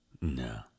No